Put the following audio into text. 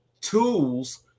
tools